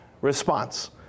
response